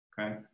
okay